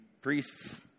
priests